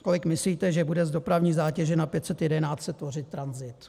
Kolik myslíte, že bude z dopravní zátěže na 511 tvořit tranzit?